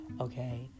okay